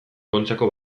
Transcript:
kontxako